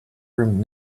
room